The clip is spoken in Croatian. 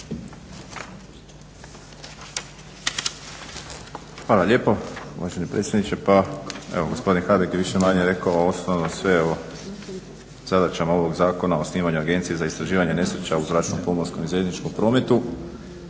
Hvala lijepo uvaženi predsjedniče. Pa, evo gospodin Habek je više-manje rekao osnovno sve o zadaćama ovog zakona, o osnivanju Agencije za istraživanje nesreća u zračnom, pomorskom i željezničkom prometu.